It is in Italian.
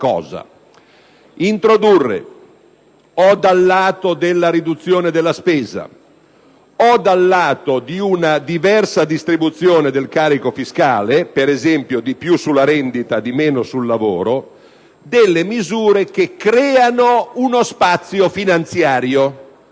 introdurre o dal lato della riduzione della spesa o dal lato di una diversa distribuzione del carico fiscale (per esempio, di più sulla rendita e meno sul lavoro) misure che creano uno spazio finanziario.